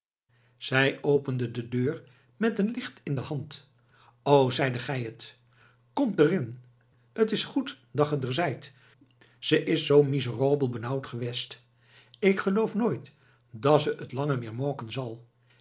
zij opende de deur met een licht in de hand o zij de gij t kom der in t is goed dâ ge der zijt ze is zoo miseroabel benauwd gewêst k geloof nooit dâ ze t lange mêr moaken zal